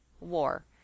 War